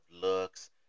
looks